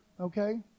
Okay